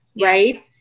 right